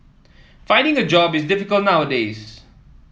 finding a job is difficult nowadays